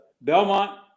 Belmont